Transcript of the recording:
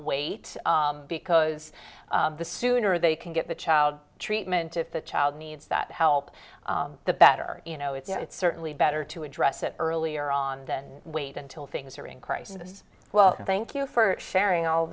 wait because the sooner they can get the child treatment if the child needs that help the better you know it's certainly better to address it earlier on that wait until things are in crisis well thank you for sharing all